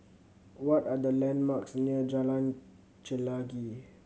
what are the landmarks near Jalan Chelagi